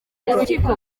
urukiko